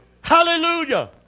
Hallelujah